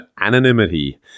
anonymity